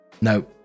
No